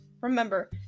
Remember